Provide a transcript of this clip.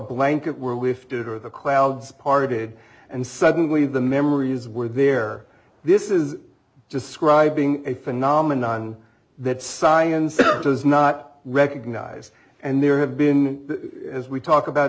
blanket were lifted or the clouds parted and suddenly the memories were there this is just scribing a phenomenon that science does not recognize and there have been as we talk about